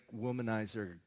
womanizer